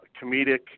comedic